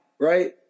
Right